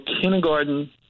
kindergarten